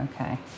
okay